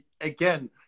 again